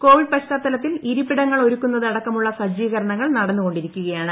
Covid പശ്ചാത്തലത്തിൽ ഇരിപ്പിടങ്ങൾ ഒരുക്കുന്നത് അടക്കമുള്ള സജ്ജീകരണങ്ങൾ നടന്നുകൊണ്ടിരിക്കുകയാണ്